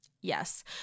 Yes